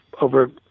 over